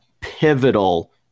pivotal